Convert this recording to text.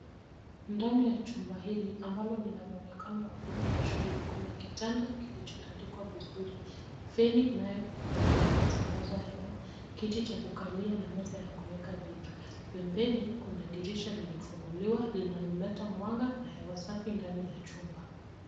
Ndani ya chumba hili, ambalo linamwonekano wa bweni la shule, kuna kitanda kilichotandikwa vizuri ,feni inayotumika kusambaza hewa, kiti cha kukalia na meza ya kuweka vitu. Pembeni kuna dirisha lililofunguliwa, linaloleta mwanga na hewa safi ndani ya chumba.